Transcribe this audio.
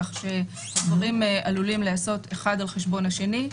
כך שהדברים עלולים להיעשות אחד על חשבון השני.